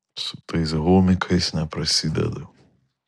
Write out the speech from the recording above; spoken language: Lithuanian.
su tais homikais neprasidedu